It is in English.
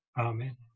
Amen